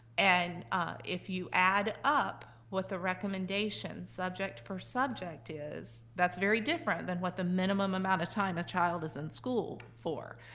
and if you add up what the recommendation subject per subject is that's very different than what the minimum amount of time a child is in school for.